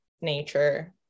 nature